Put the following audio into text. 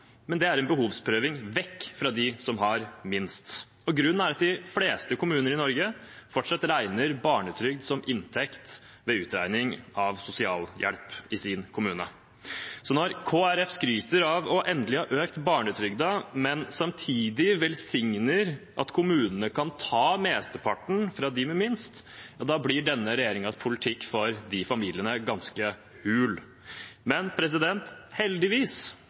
men det er en behovsprøving vekk fra dem som har minst. Grunnen er at de fleste kommuner i Norge fortsatt regner barnetrygd som inntekt ved utregning av sosialhjelp i sin kommune. Når Kristelig Folkeparti skryter av endelig å ha økt barnetrygden, men samtidig velsigner at kommunene kan ta mesteparten fra dem med minst, blir denne regjeringens politikk for de familiene ganske hul. Men heldigvis